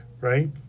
right